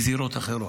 מזירות אחרות.